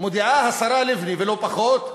מודיעה השרה לבני, ולא פחות,